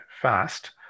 fast